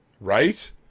Right